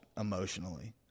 emotionally